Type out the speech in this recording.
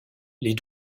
les